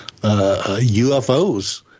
UFOs